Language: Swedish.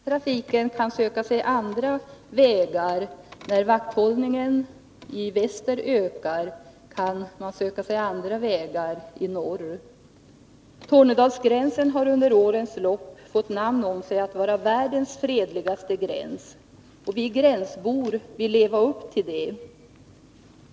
Herr talman! Narkotikatrafiken kan söka sig andra vägar. När vakthållningeni väster ökar, kan man söka sig andra vägar norr ut. Tornedalsgränsen har under årens lopp fått namn om sig att vara världens fredligaste gräns. Vi gränsbor vill leva upp till det.